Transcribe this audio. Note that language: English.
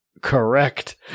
correct